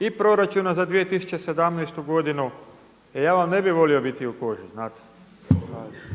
i proračuna za 2017. godinu. Ja vam ne bih volio biti u koži, znate.